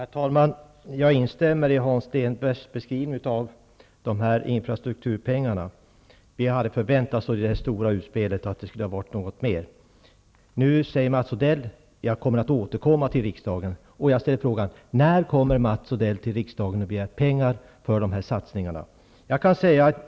Herr talman! Jag instämmer i Hans Stenbergs beskrivning av de här infrastrukturpengarna. Vi hade av det stora utspelet förväntat oss att det skulle vara något mer. Nu säger Mats Odell att han kommer att återkomma till riksdagen i den här frågan. När kommer Mats Odell till riksdagen för att begära pengar för de här satsningarna?